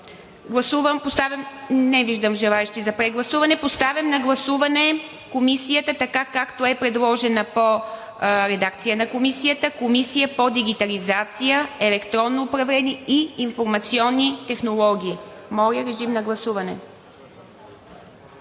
Не виждам желаещи за прегласуване. Поставям на гласуване Комисията така, както е предложена по редакция на Комисията – „Комисия по дигитализация, електронно управление и информационни технологии.“ Гласували